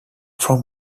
from